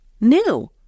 new